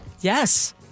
Yes